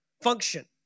function